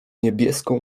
niebieską